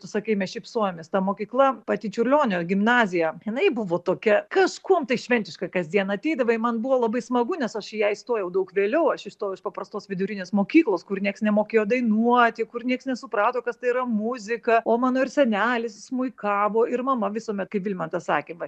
tu sakai mes šypsojomės ta mokykla pati čiurlionio gimnazija jinai buvo tokia kažkuom tai šventiška kasdien ateidavai man buvo labai smagu nes aš į ją įstojau daug vėliau aš įstojau iš paprastos vidurinės mokyklos kur nieks nemokėjo dainuoti kur nieks nesuprato kas tai yra muzika o mano ir senelis smuikavo ir mama visuomet kaip vilmantas sakė va